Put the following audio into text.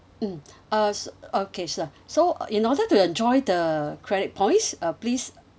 mm uh s~ okay sir so in order to enjoy the credit points uh please